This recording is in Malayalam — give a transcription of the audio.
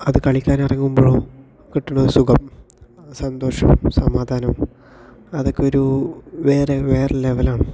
അത് കളിക്കാനിറങ്ങുമ്പോഴോ കിട്ടണ സുഖം സന്തോഷം സമാധാനം അതൊക്കെ ഒരു വേറെ വേറെ ലെവലാണ്